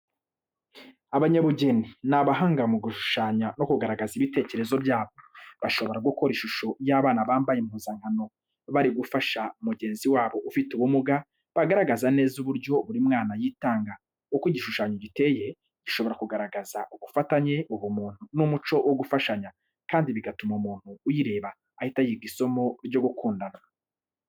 Abanyabugeni, ni abahanga mu gushushanya no kugaragaza ibitekerezo byabo. Bashobora gukora ishusho y'abana bambaye impuzankano bari gufasha mugenzi wabo ufite ubumuga, bagaragaza neza uburyo buri mwana yitanga. Uko igishushanyo giteye, gishobora kugaragaza ubufatanye, ubuntu n'umuco wo gufashanya, kandi bigatuma umuntu uyireba ahita yiga isomo ryo gukundana.